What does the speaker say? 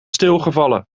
stilgevallen